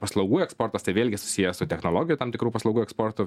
paslaugų eksportas tai vėlgi susiję su technologijų tam tikrų paslaugų eksportu